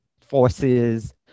forces